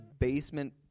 Basement